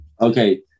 okay